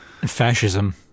fascism